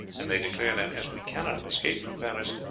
and they declare that, as we cannot have escaped from paris,